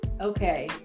okay